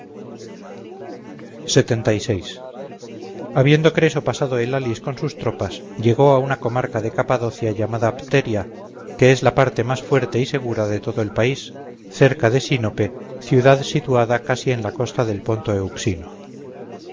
habiendo creso pasado el halis con sus tropas llegó a una comarca de capadocia llamada pteria que es la parte más fuerte y segura de todo el país cerca de sinope ciudad situada casi en la costa del ponto euxino